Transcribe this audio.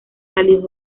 cálidos